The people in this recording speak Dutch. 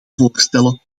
voorstellen